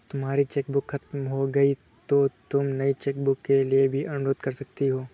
तुम्हारी चेकबुक खत्म हो गई तो तुम नई चेकबुक के लिए भी अनुरोध कर सकती हो